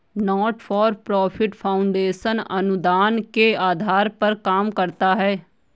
not for profit foundation अनुदान के आधार पर काम करता है